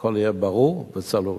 והכול יהיה ברור וצלול.